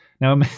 Now